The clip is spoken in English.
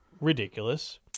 ridiculous